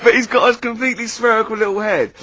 but he's got a completely spherical little head.